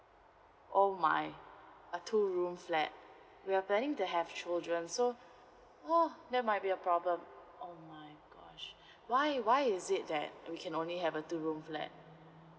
oh my a two room flat we're planning to have children so ugh there might be a problem oh my gosh why why is it that we can only have a two room flat